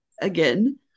again